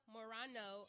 Morano